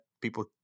people